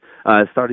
starting